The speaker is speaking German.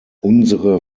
unsere